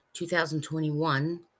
2021